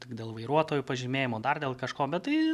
tik dėl vairuotojo pažymėjimo dar dėl kažko bet tai